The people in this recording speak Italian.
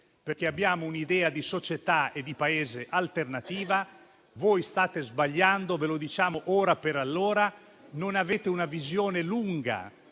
perché abbiamo un'idea di società e di Paese alternativa. Voi state sbagliando, ve lo diciamo ora per allora. Non avete una visione lunga.